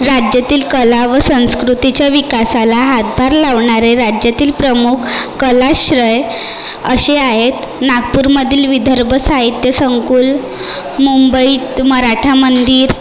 राज्यातील कला व संस्कृतीच्या विकासाला हातभार लावणारे राज्यातील प्रमुख कलाश्रय असे आहेत नागपूरमधील विदर्भ साहित्य संकुल मुंबईत मराठा मंदिर